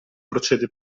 procede